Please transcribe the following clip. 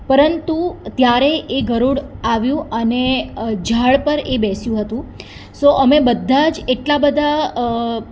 પરંતુ ત્યારે એ ગરુડ આવ્યું અને ઝાડ પર એ બેસ્યું હતું સો અમે બધા જ એટલા બધા